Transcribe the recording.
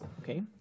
Okay